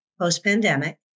post-pandemic